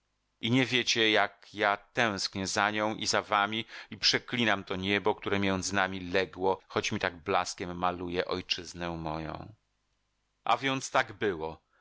i nie wiecie jak ja tęsknię za nią i za wami i przeklinam to niebo które między nami legło choć mi tak blaskiem maluje ojczyznę moją a więc tak było